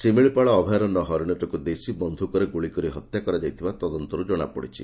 ଶିମିଳିପାଳ ଅଭୟାରଣ୍ୟ ହରିଶଟିକୁ ଦେଶୀ ବନ୍ଧୁକରେ ଗୁଳିକରି ହତ୍ୟା କରାଯାଇଥିବା ତଦନ୍ତରୁ କଣାପଡିଛି